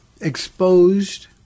exposed